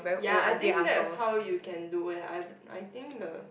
ya I think that is how you can do eh I I think the